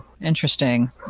Interesting